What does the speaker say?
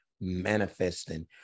manifesting